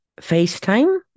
FaceTime